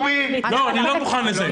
לא, אני לא מוכן לזה.